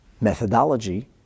methodology